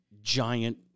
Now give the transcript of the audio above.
giant